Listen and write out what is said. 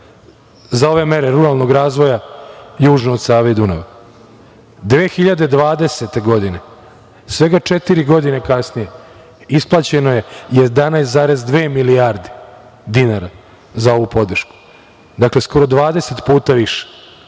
za ove mere ruralnog razvoja južno od Save i Dunava. Godine 2020, svega četiri godine kasnije, isplaćeno je 11,2 milijarde dinara za ovu podršku, dakle skoro 20 puta više.